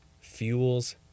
fuels